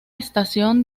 estación